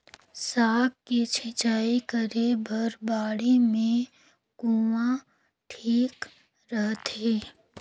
साग के सिंचाई करे बर बाड़ी मे कुआँ ठीक रहथे?